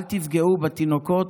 אל תפגעו בתינוקות,